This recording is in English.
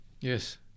Yes